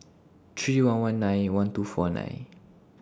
three one one nine one two four nine